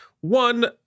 one